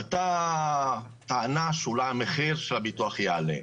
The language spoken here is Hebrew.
עלתה טענה שאולי המחיר של הביטוח יעלה.